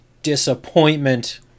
Disappointment